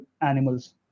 animals